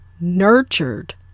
nurtured